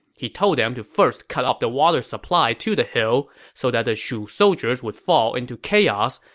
he told them to first cut off the water supply to the hill so that the shu soldiers would fall into chaos,